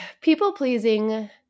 people-pleasing